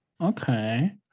Okay